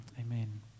amen